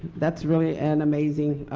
that's really an amazing